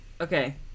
Okay